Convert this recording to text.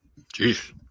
Jeez